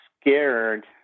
scared